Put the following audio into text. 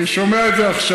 סעיד, אני שומע את זה עכשיו.